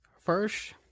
First